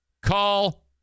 Call